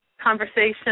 conversation